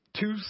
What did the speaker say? two